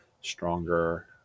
stronger –